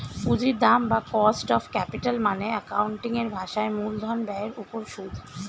পুঁজির দাম বা কস্ট অফ ক্যাপিটাল মানে অ্যাকাউন্টিং এর ভাষায় মূলধন ব্যয়ের উপর সুদ